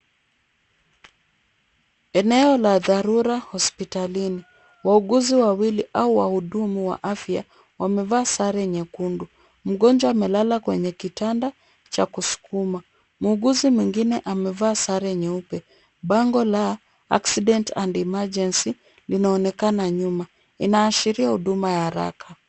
Eneo la dharura hospitalini. Wauguzi wawili au wahudumu wa afya wamevaa sare nyekundu. Mgonjwa amelala kwenye kitanda cha kusukuma. Muuguzi mwingine amevaa sare nyeupe. Bango la accident and emergency linaonekana nyuma. Inaashiria huduma ya haraka.